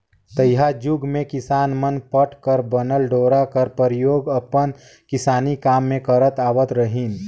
तइहा जुग मे किसान मन पट कर बनल डोरा कर परियोग अपन किसानी काम मे करत आवत रहिन